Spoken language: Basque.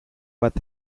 bat